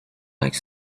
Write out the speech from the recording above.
like